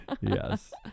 Yes